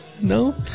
no